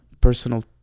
personal